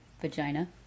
vagina